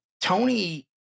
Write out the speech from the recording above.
Tony